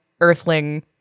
earthling